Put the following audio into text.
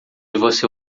você